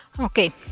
Okay